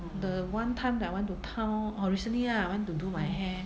the one time that I went to town orh recently ah I went to do my hair